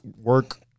work